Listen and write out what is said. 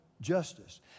justice